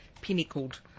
pinnacled